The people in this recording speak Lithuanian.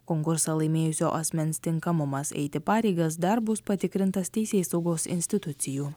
konkursą laimėjusio asmens tinkamumas eiti pareigas dar bus patikrintas teisėsaugos institucijų